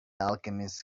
alchemist